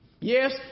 Yes